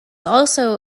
also